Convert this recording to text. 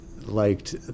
liked